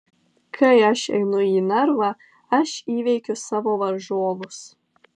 kai aš einu į narvą aš įveikiu savo varžovus